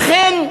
לכן,